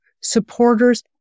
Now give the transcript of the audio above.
supporters